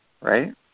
right